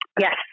Yes